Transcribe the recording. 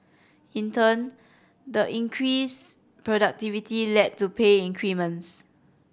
in turn the increased productivity led to pay increments